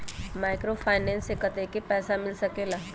Microfinance से कतेक पैसा मिल सकले ला?